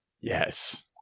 Yes